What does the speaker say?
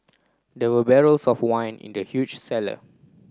there were barrels of wine in the huge cellar